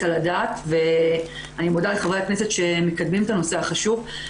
על הדעת ואני מודה לחברי הכנסת שמקדמים את הנושא החשוב הזה.